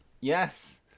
Yes